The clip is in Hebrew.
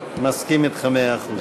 מסכים אתך במאה אחוז.